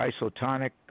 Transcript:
isotonic